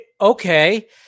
Okay